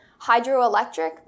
hydroelectric